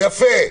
יפה.